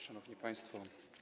Szanowni Państwo!